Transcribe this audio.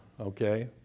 okay